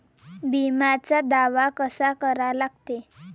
बिम्याचा दावा कसा करा लागते?